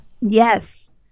Yes